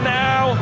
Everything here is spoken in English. now